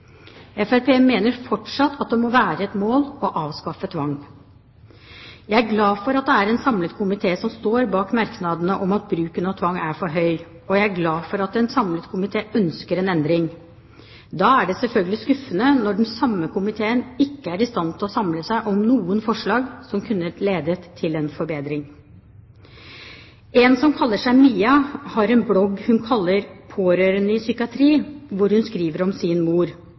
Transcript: mener fortsatt at det må være et mål å avskaffe tvang. Jeg er glad for at det er en samlet komité som står bak merknadene om at bruken av tvang er for stor, og jeg er glad for at en samlet komité ønsker en endring. Da er det selvfølgelig skuffende når den samme komiteen ikke er i stand til å samle seg om noen forslag som kunne ledet til en forbedring. En som kaller seg Mia, har en blogg hun kaller «Pårørende i psykiatri», hvor hun skriver om sin mor.